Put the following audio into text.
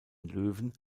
löwen